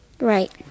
Right